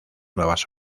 nuevas